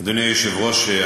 היושב-ראש,